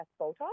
Botox